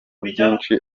byinshi